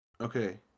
Okay